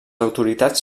autoritats